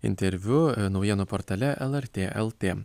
interviu naujienų portale lrt lt